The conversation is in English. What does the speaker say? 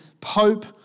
pope